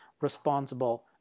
responsible